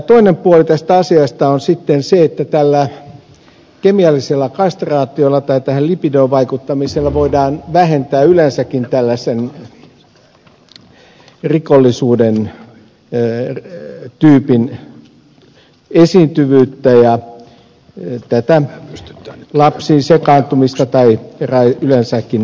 toinen puoli tästä asiasta on sitten se että tällä kemiallisella kastraatiolla tai tällä lipidoon vaikuttamisella voidaan vähentää yleensäkin tällaisen rikollisuuden tyypin esiintyvyyttä ja tätä lapsiin sekaantumista tai yleensäkin raiskauksia